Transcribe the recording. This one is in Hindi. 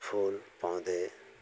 फूल पौधे